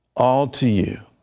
all to you